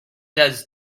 does